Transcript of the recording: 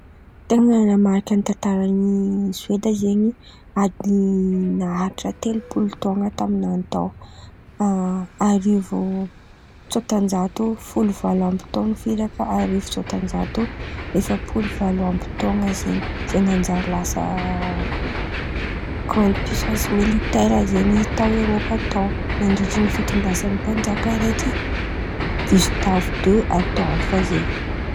Ten̈a nanamariky tantarany Sieda zen̈y ady maharitry telo polo tôno taminany tô. Arivo tsôtan-jato folo valo amby tôna firaka arivo tsôtan-jato efa-polo valo amby taon̈a zen̈y. Izay nanjary lasa kôro kampisy militera zen̈y izy tô nandritry ny fitondrasana mpanjaka raiky Gistave de adôro fo zey.